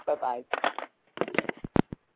Bye-bye